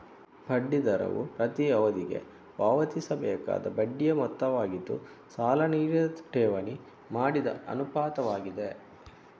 ಬಡ್ಡಿ ದರವು ಪ್ರತಿ ಅವಧಿಗೆ ಪಾವತಿಸಬೇಕಾದ ಬಡ್ಡಿಯ ಮೊತ್ತವಾಗಿದ್ದು, ಸಾಲ ನೀಡಿದ ಠೇವಣಿ ಮಾಡಿದ ಅನುಪಾತವಾಗಿದೆ